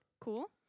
Cool